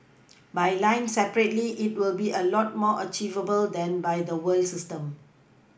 by line separately it'll be a lot more achievable than by the whole system